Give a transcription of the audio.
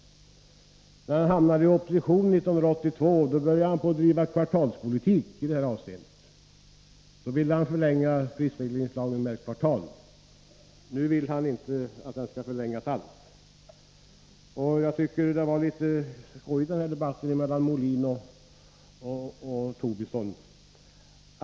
När han hamnade i opposition 1982 började han driva kvartalspolitik i det här avseendet, då ville han förlänga prisregleringslagen med ett kvartal. Nu vill han inte att den skall förlängas alls. Jag tycker att det var litet skojigt med debatten mellan Björn Molin och Lars Tobisson.